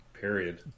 Period